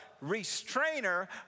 restrainer